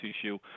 issue